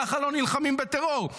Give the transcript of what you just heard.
ככה לא נלחמים בטרור.